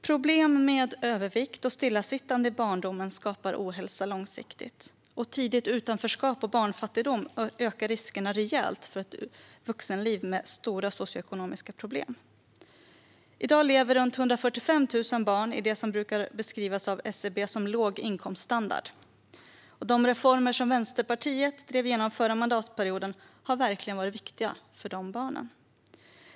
Problem med övervikt och stillasittande i barndomen skapar ohälsa långsiktigt. Tidigt utanförskap och barnfattigdom ökar riskerna rejält för ett vuxenliv med stora socioekonomiska problem. I dag lever runt 145 000 barn i det som brukar beskrivas av SCB som låg inkomststandard. De reformer som Vänsterpartiet drev igenom förra mandatperioden har verkligen varit viktiga för de barnen.